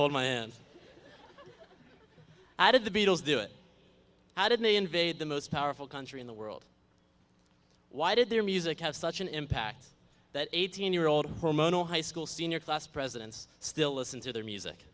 hold my hand i did the beatles do it how did they invade the most powerful country in the world why did their music have such an impact that eighteen year old high school senior class presidents still listen to their music